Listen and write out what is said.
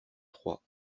trois